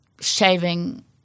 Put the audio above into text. shaving